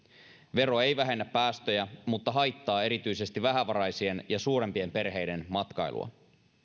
vero ei vähennä päästöjä mutta haittaa erityisesti vähävaraisien ja suurempien perheiden matkailua